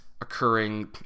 occurring